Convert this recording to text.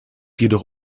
jedoch